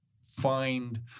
find